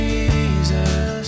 Jesus